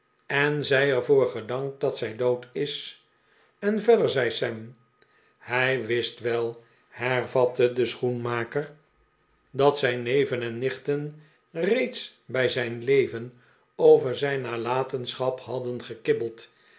en zij er voor gedankt dat zij dood is en verder zei sam hij wist wel hervatte de schoenmaker dat zijn neven en nichten reeds bij zijn leven over zijn nalatenschap hadden gekibbeld